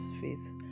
faith